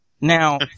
Now